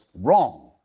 wrong